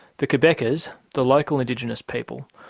the cabecars, the local indigenous people,